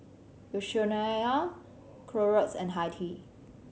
Yoshinoya Clorox and Hi Tea